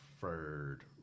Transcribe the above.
preferred